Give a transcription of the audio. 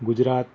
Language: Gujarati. ગુજરાત